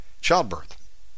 childbirth